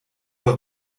los